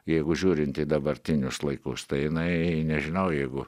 jeigu žiūrint į dabartinius laikus tai jinai nežinau jeigu